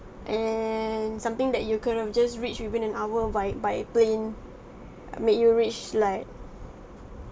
and something that you could have just reached within an hour via by plane uh make you reach like